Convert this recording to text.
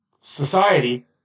society